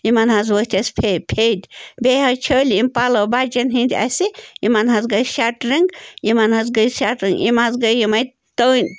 یِمَن حظ ؤتھۍ اَسہِ پھیٚدۍ بیٚیہِ حظ چھٔلۍ یِم پَلو بَچَن ہِنٛدۍ اَسہِ یِمن حظ گٔے شَٹرِنٛگ یِمن حظ گٔے شَٹرِنٛگ یِم حظ گٔے یِمَے تٔنۍ